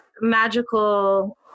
magical